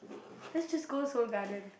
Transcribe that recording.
let's just go Seoul-Garden